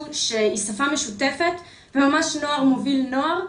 שהיא שפה משותפת וממש נוער מוביל נוער,